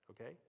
Okay